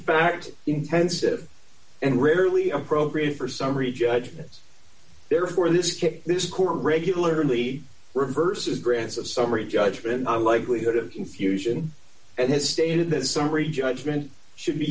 fact intensive and rarely appropriate for summary judgment therefore in this case this court regularly reverses grants of summary judgment on likelihood of confusion and has stated that summary judgment should